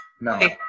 No